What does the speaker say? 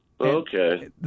Okay